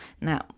Now